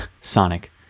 Sonic